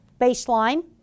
baseline